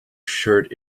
shirt